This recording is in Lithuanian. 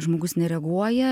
žmogus nereaguoja